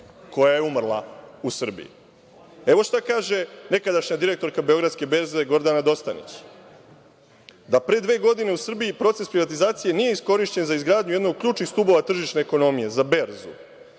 koja je umrla u Srbiji. Evo šta kaže nekadašnja direktorka Beogradske berze Gordana Dostavić, da pre dve godine u Srbiji proces privatizacije nije iskorišćen za izgradnju jednog od ključnih stubova tržišne ekonomije za berzu.